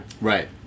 Right